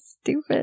stupid